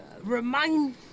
remind